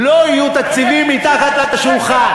לא יהיו תקציבים מתחת לשולחן.